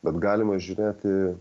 bet galima žiūrėti